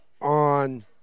on